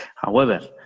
however,